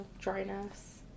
dryness